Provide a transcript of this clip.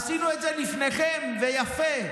עשינו את זה לפניכם, ויפה.